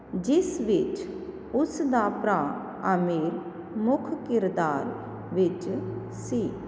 ਜਿਸ ਵਿੱਚ ਉਸ ਦਾ ਭਰਾ ਆਮਿਰ ਮੁੱਖ ਕਿਰਦਾਰ ਵਿੱਚ ਸੀ